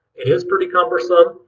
it is pretty cumbersome.